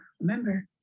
Remember